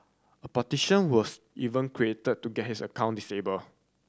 a petition was even created to get his account disabled